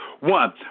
One